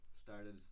started